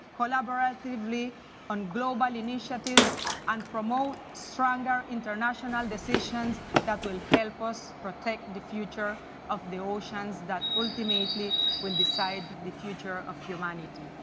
collaboratively on global initiatives and promote stronger international decisions that will help us protect the future of the oceans that ultimately will decide the future of humanity.